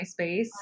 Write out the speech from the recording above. MySpace